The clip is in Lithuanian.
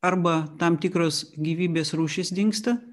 arba tam tikros gyvybės rūšis dingsta